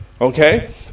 Okay